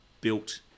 built